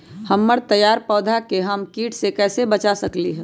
हमर तैयार पौधा के हम किट से कैसे बचा सकलि ह?